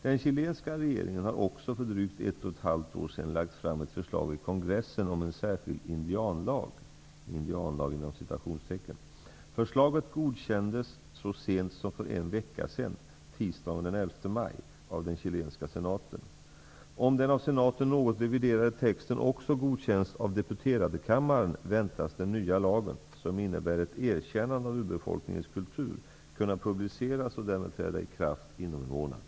Den chilenska regeringen har också för drygt ett och ett halvt år sedan lagt fram ett förslag i kongressen om en särskild ''indianlag''. Förslaget godkändes så sent som för en vecka sedan -- Om den av senaten något reviderade texten också godkänns av deputeradekammaren väntas den nya lagen -- som innebär ett erkännande av urbefolkningens kultur -- kunna publiceras och därmed träda i kraft inom en månad.